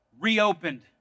reopened